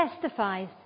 testifies